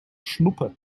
schnuppe